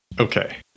Okay